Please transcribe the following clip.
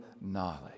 knowledge